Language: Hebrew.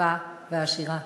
יפה ועשירה.